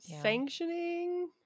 sanctioning